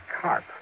carp